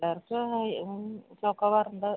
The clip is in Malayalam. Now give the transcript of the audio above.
ചോക്കോബാര് ഉണ്ട്